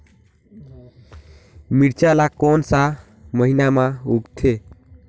मिरचा ला कोन सा महीन मां उगथे?